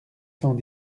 cent